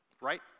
right